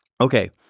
Okay